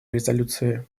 резолюции